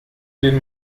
den